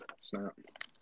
snap